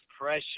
pressure